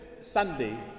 Sunday